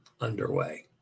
underway